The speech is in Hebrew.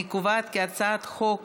אני קובעת כי הצעת חוק